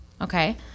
Okay